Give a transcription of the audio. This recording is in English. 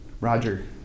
Roger